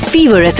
Fever